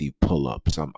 pull-ups